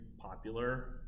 popular